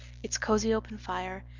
its cosy open fire,